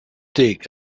dig